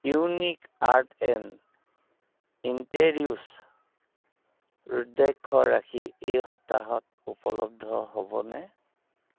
unique art and interiors ৰুদ্ৰাক্ষৰ ৰাখী এই সপ্তাহত উপলব্ধ হ'বনে